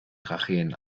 tracheen